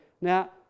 now